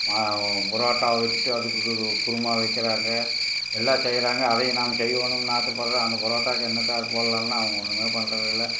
மா புரோட்டவை வச்சுட்டு அதுக்கு கு கு குருமா வைக்கிறாங்க எல்லாம் செய்கிறாங்க அதையும் நாங்கள் செய்யணுன்னு ஆசைப்பட்றேன் அந்த புரோட்டாவுக்கு என்னத்தை ஆக்கி போடலாம்னால் அவங்க ஒன்றுமே பண்ணுவது இல்லை